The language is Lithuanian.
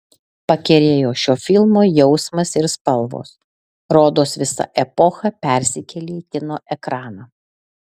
pakerėjo šio filmo jausmas ir spalvos rodos visa epocha persikėlė į kino ekraną